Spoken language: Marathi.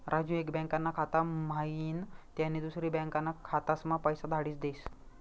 राजू एक बँकाना खाता म्हाईन त्यानी दुसरी बँकाना खाताम्हा पैसा धाडी देस